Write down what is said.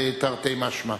תרתי משמע.